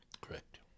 Correct